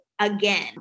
again